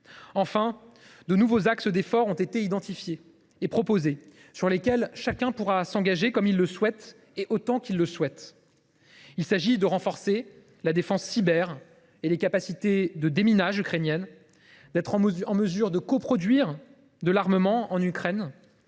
Enfin, de nouveaux axes d’efforts ont été identifiés et proposés, sur lesquels chacun pourra s’engager comme il le souhaite et autant qu’il le souhaite : il s’agit de renforcer la défense cyber et les capacités de déminage ukrainiennes, de coproduire des armes en Ukraine,